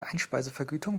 einspeisevergütung